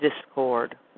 discord